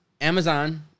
Amazon